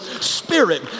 Spirit